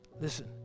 Listen